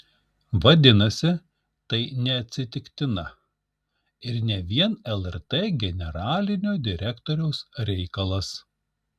vadinasi tai neatsitiktina ir ne vien lrt generalinio direktoriaus reikalas